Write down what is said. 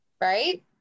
Right